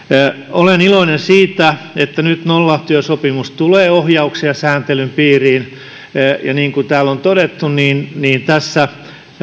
olen iloinen siitä että nyt nollatyösopimus tulee ohjauksen ja sääntelyn piiriin niin kuin täällä on todettu tässä